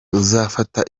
uzafata